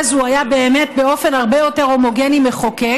אז הוא היה באמת באופן הרבה יותר הומוגני מחוקק,